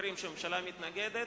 במקרים שהממשלה מתנגדת,